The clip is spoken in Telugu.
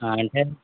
ఆ అంటే